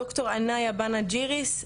דוקטור אנייא בנג'יריס,